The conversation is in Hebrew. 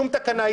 שום תקנה.